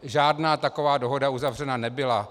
Žádná taková dohoda uzavřena nebyla.